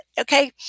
Okay